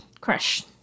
crush